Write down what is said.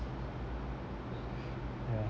yeah